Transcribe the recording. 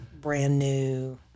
brand-new